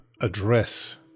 address